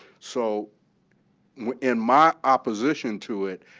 so in my opposition to it,